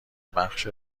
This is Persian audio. بخش